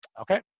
okay